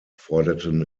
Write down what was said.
forderten